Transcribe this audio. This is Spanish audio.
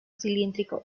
cilíndrico